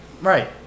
Right